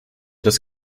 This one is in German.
das